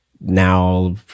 Now